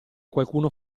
qualcuno